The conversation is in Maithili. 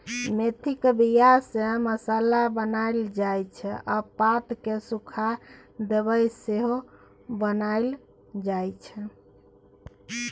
मेथीक बीया सँ मसल्ला बनाएल जाइ छै आ पात केँ सुखा दबाइ सेहो बनाएल जाइ छै